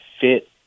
fit